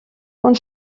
und